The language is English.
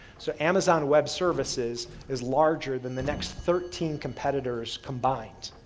so, amazon web services is larger than the next thirteen competitors combined,